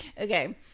okay